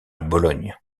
bologne